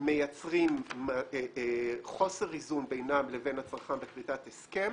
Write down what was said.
מייצרים חוסר איזון בינם לבין הצרכן בכריתת הסכם